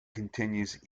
continues